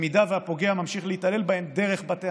אם הפוגע ממשיך להתעלל בהם דרך בתי